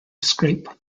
scrape